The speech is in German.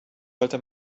sollte